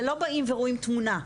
זה לא באים ורואים תמונה,